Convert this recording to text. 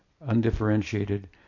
Undifferentiated